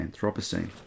Anthropocene